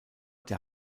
der